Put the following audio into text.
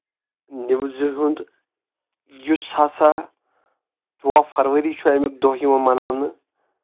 نِوزِ ہُند یُس ہسا ترٛوہ فرؤری چھُ اَمیُک دۄہ یِوان مناونہٕ